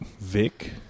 Vic